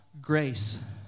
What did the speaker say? grace